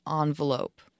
envelope